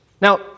Now